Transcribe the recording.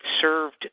served